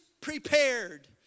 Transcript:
prepared